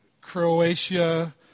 Croatia